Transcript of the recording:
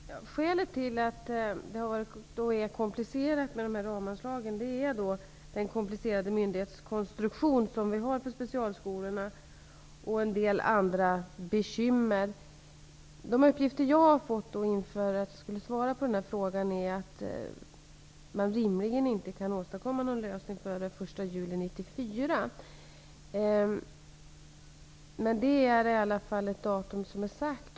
Fru talman! Skälet till att det är komplicerat med ramanslagen är den komplicerade myndighetskonstruktion som vi har för specialskolorna och en del andra bekymmer. De uppgifter jag har fått inför att jag skulle svara på den här frågan är att man rimligen inte kan åstadkomma någon lösning före den 1 juli 1994. Det är i alla fall ett datum som är sagt.